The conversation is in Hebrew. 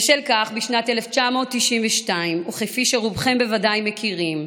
בשל כך, בשנת 1992, וכפי שרובכם בוודאי מכירים,